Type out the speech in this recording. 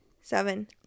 Seven